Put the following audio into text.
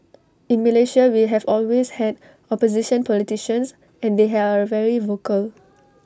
in Malaysia we have always had opposition politicians and they are very vocal